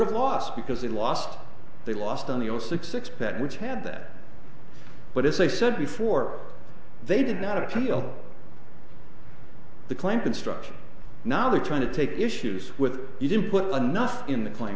have lost because they lost they lost on the all six six bet which had that but as i said before they did not appeal the claim construction now they're trying to take issues with you didn't put enough in the cla